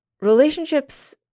relationships